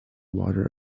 water